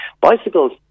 Bicycles